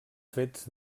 fets